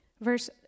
Verse